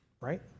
right